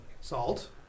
Salt